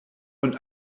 und